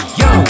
yo